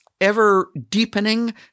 ever-deepening